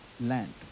land